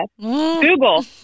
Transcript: Google